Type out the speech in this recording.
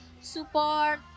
support